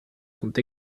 sont